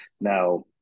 Now